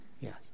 Yes